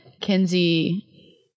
kenzie